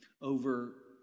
over